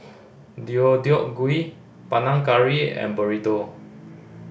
Deodeok Gui Panang Curry and Burrito